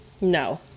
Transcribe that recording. No